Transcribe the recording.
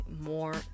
more